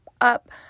up